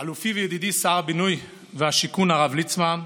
אלופי וידידי שר הבינוי והשיכון הרב ליצמן,